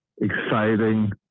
exciting